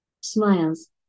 Smiles